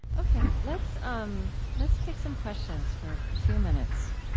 ok. let's um let's take some questions for a few minutes.